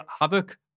Havoc